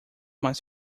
mais